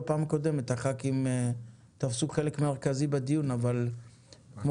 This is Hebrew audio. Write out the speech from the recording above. בפעם הקודמת חברי הכנסת תפסו חלק מרכזי בדיון אבל כמו